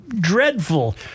dreadful